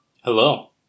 Hello